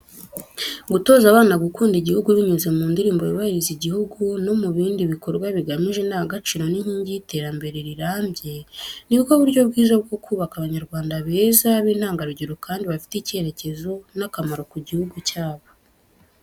Gutoza abana gukunda igihugu binyuze mu ndirimbo yubahiriza igihugu no mu bindi bikorwa bigamije indangagaciro ni inkingi y’iterambere rirambye. Ni bwo buryo bwiza bwo kubaka Abanyarwanda beza, b’intangarugero kandi bafite icyerekezo n'akamaro ku gihugu cyabo.